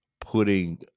putting